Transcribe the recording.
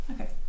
okay